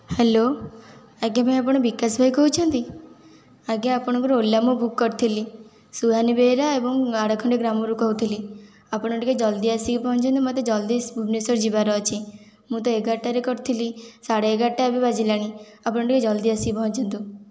hello ଆଜ୍ଞା ଭାଇ ଆପଣ ବିକାଶ ଭାଇ କହୁଛନ୍ତି ଆଜ୍ଞା ଆପଣଙ୍କର ଓଲା ମୁଁ ବୁକ୍ କରିଥିଲି ସୁହାନି ବେହେରା ଏବଂ ଆଡ଼ଖଣ୍ଡି ଗ୍ରାମରୁ କହୁଥିଲି ଆପଣ ଟିକେ ଜଲ୍ଦି ଆସିକି ପହଞ୍ଚନ୍ତୁ ମୋତେ ଜଲ୍ଦି ଭୁବନେଶ୍ୱର ଯିବାର ଅଛି ମୁଁ ତ ଏଗାରଟାରେ କରିଥିଲି ସାଢ଼େ ଏଗାରଟା ଏବେ ବାଜିଲାଣି ଆପଣ ଟିକେ ଜଲ୍ଦି ଆସିକି ପହଞ୍ଚନ୍ତୁ